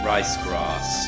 Ricegrass